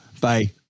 Bye